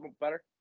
better